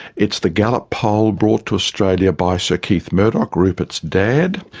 it's the gallup poll, brought to australia by sir keith murdoch, rupert's dad,